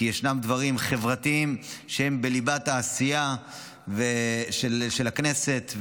כי ישנם דברים חברתיים שהם בליבת העשייה של הכנסת.